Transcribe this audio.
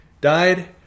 died